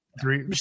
Three